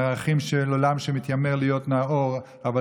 מערכים של עולם שמתיימר להיות נאור אבל